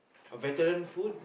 vegetarian food